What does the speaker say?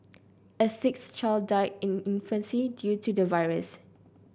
a sixth child died in infancy due to the virus